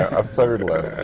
a third less.